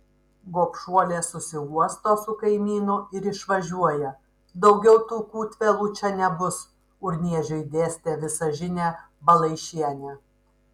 gobšuolė susiuosto su kaimynu ir išvažiuoja daugiau tų kūtvėlų čia nebus urniežiui dėstė visažinė balaišienė